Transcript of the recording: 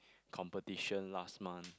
competition last month